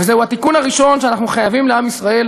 וזהו התיקון הראשון שאנחנו חייבים לעם ישראל